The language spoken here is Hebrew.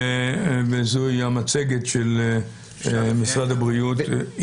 וזו המצגת של משרד הבריאות.